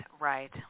right